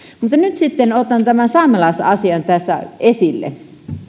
mutta nyt sitten otan saamelaisasian tässä esille